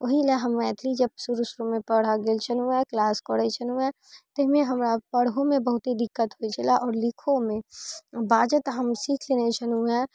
ओहि लऽ हम मैथिली जब शुरू शुरूमे पढ़ऽ गेल छलहुँ हँ क्लास करैत छलहुँ हँ ओहिमे हमरा पढ़होमे बहुत दिक्कत होइत छलऽ आओर लिखहोमे बाजे तऽ हम सीख लेने छलहुँ हँ